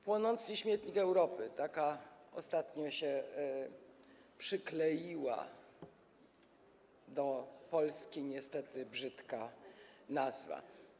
Płonący śmietnik Europy - taka ostatnio się przykleiła do Polski niestety brzydka nazwa.